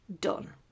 done